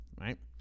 right